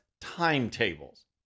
timetables